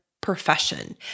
profession